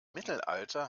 mittelalter